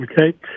Okay